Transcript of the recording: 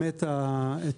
אז אני רק אשלים את הרעיון,